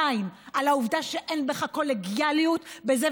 2. על העובדה שאין בך קולגיאליות בזה,